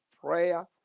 prayer